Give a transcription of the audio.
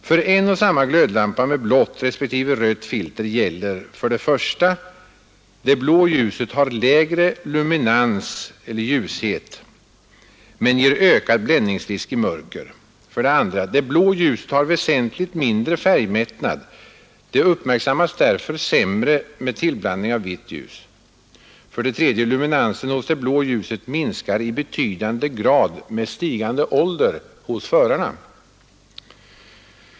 För en och samma glödlampa med blått respektive rött filter gäller för det första att det blå ljuset har lägre luminans eller ljushet men ger ökad bländningsrisk i mörker, för det andra att det blå ljuset har väsentligt mindre färgmättnad. Det uppmärksammas därför sämre med tillblandning av vitt ljus. För det tredje minskar förmågan att uppfatta luminansen hos det blå ljuset i betydande grad med stigande ålder hos förarna.